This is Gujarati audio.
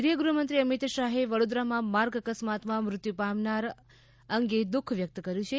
કેન્દ્રીય ગૃહમંત્રી અમિત શાહે વડોદરામાં માર્ગ અકસ્માતમાં મૃત્યુ પામનાર અગે દુઃખ વ્યકત કર્યુ છે